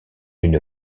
une